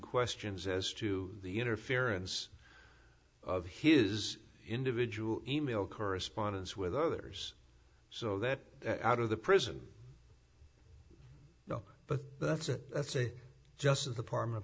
questions as to the interference of his individual e mail correspondence with others so that out of the prison no but that's a that's a justice department